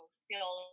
feel